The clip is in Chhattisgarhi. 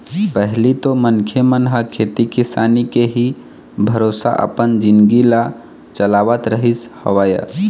पहिली तो मनखे मन ह खेती किसानी के ही भरोसा अपन जिनगी ल चलावत रहिस हवय